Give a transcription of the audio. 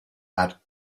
had